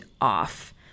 off